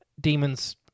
demons